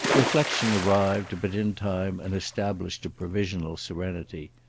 reflexion arrived but in time and established a provisional serenity.